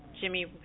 Jimmy